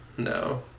No